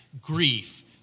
grief